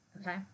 Okay